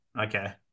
Okay